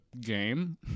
game